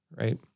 right